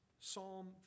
Psalm